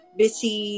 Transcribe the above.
busy